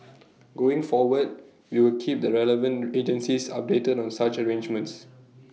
going forward we will keep the relevant agencies updated on such arrangements